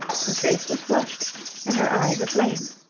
her face was flushed and her eyes aflame.